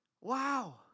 Wow